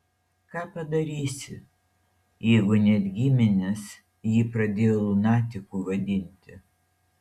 ką padarysi jeigu net giminės jį pradėjo lunatiku vadinti